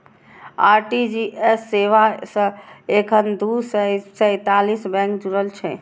RTGS सेवा सं एखन दू सय सैंतीस बैंक जुड़ल छै